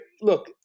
look